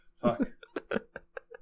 fuck